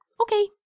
Okay